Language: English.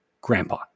grandpa